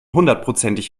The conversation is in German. hundertprozentig